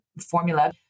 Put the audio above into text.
formula